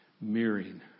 mirroring